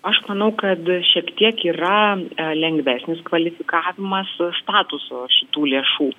aš manau kad šiek tiek yra lengvesnis kvalifikavimas statuso šitų lėšų